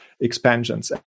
expansions